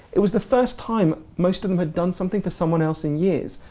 it was the first time most of them had done something for someone else in years.